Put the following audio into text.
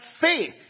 faith